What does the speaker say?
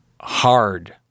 hard